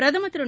பிரதமர் திரு